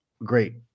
great